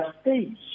stage